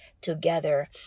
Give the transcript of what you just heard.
together